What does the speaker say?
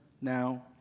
now